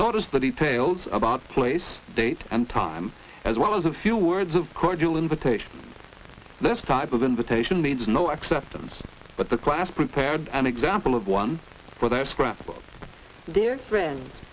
notice the details about place date and time as well as a few words of cordial invitation this type of invitation means no acceptance but the class prepared an example of one for their scrapbooks their friend